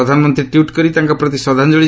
ପ୍ରଧାନମନ୍ତ୍ରୀ ଟ୍ୱିଟ୍ କରି ତାଙ୍କ ପ୍ରତି ଶ୍ରଦ୍ଧାଞ୍ଜଳି